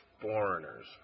foreigners